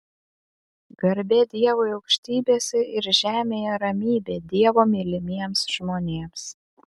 garbė dievui aukštybėse ir žemėje ramybė dievo mylimiems žmonėms